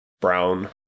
Brown